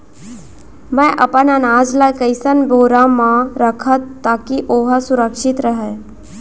मैं अपन अनाज ला कइसन बोरा म रखव ताकी ओहा सुरक्षित राहय?